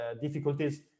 difficulties